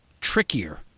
trickier